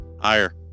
Higher